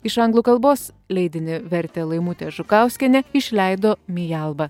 iš anglų kalbos leidinį vertė laimutė žukauskienė išleido mialba